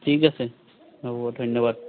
ঠিক আছে হ'ব ধন্যবাদ